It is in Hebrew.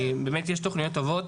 באמת יש תכניות טובות.